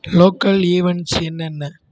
local events என்னென்ன